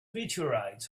meteorites